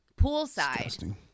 poolside